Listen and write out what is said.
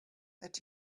that